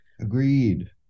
Agreed